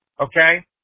okay